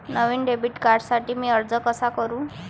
नवीन debit कार्डसाठी मी अर्ज कसा करू?